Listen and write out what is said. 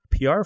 PR